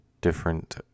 different